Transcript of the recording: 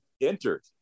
entered